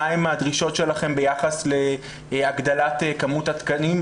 מה הן הדרישות שלכם ביחס להגדלת כמות התקנים.